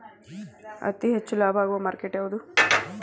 ಅತಿ ಹೆಚ್ಚು ಲಾಭ ಆಗುವ ಮಾರ್ಕೆಟ್ ಯಾವುದು?